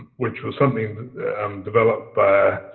which was something um developed by